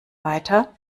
weiter